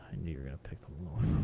knew you were going to pick the low